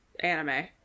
anime